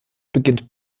beginnt